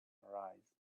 arise